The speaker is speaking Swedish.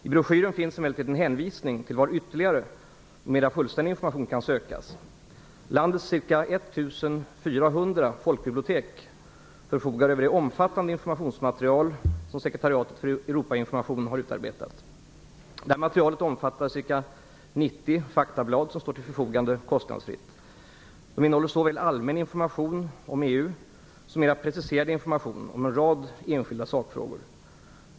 I broschyren finns emellertid en hänvisning till var ytterligare mera fullständig information kan sökas. Landets ca 1 400 folkbibliotek förfogar över det omfattande informationsmaterial som Sekretariatet för Europainformation har utarbetat. Detta material omfattar ca 90 faktablad, som står till förfogande kostnadsfritt. De innehåller såväl allmän information om EU som mera preciserad information om en rad enskilda sakfrågor.